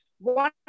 One